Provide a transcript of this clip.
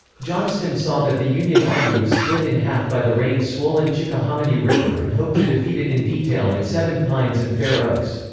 johnston saw that the union army was split in half by the rain-swollen chickahominy river and hoped to defeat it in detail at seven pines and fair oaks.